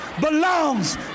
belongs